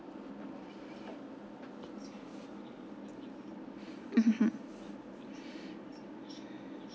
mmhmm